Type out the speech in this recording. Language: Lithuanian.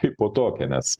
kaip po tokią nes